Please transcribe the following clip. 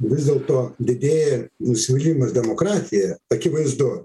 vis dėlto didėja nusivylimas demokratija akivaizdu